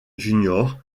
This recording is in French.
junior